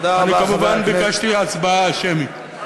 אני, כמובן, ביקשתי הצבעה שמית.